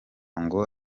ngo